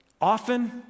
Often